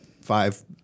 five